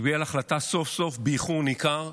שקיבל החלטה סוף-סוף, באיחור ניכר,